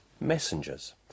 messengers